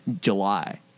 July